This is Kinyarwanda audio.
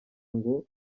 ngo